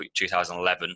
2011